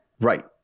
Right